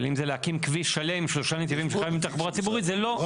אבל אם זה להקים כביש שלם עם שלושה נתיבים שחלק מתחבורה ציבורית זה לא.